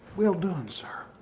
well done sir.